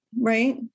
right